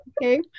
okay